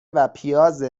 وپیاز